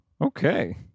okay